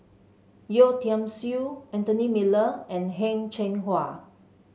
Yeo Tiam Siew Anthony Miller and Heng Cheng Hwa